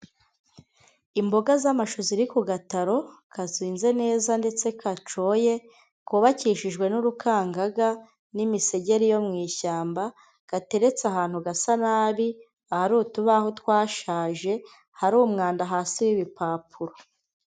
Imboga z'amashu ziri ku gataro, kazuze neza ndetse kacoye. Kubawukishijwe n'urukangaga, n'imisegeri yo mu ishyamba, gateretse ahantu gasa nabi, ahari utubaho twashaje, hari umwanda hasi w'ibipapuro.